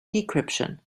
decryption